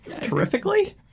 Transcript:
Terrifically